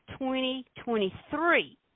2023